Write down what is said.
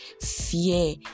fear